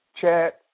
chat